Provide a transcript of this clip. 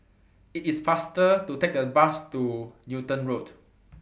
IT IS faster to Take The Bus to Newton Road